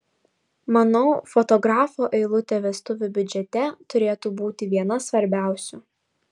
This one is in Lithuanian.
manau fotografo eilutė vestuvių biudžete turėtų būti viena svarbiausių